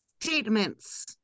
statements